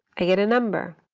i get a number.